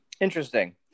interesting